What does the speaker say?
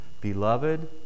Beloved